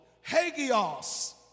Hagios